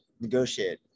negotiate